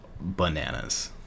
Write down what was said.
bananas